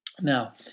Now